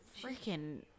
freaking